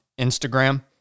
Instagram